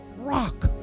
rock